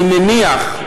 אני מניח,